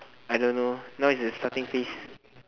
I don't know now is the starting phase